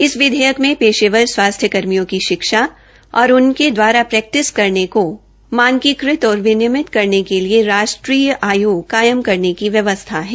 इस विधेयक में पेशेवर स्वास्थ्य कर्मियों की शिक्षा और उनके दवारा प्रैक्टिस करने को मानकीकृत और विनियमित करने के लिए राष्ट्रीय आयोग कायम करने की व्यवसथा है